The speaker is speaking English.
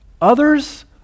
Others